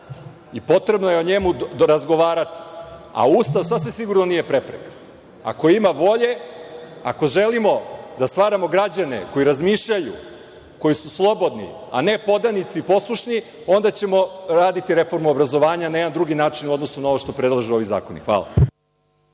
i potrebno je o njemu razgovarati, a Ustav sasvim sigurno nije prepreka. Ako ima volji, ako želimo da stvaramo građane koji razmišljaju, koji su slobodni, a ne podanici poslušni, onda ćemo uraditi reformu obrazovanja na jedan drugi način u odnosu na ovo što predlažu ovi zakoni. Hvala.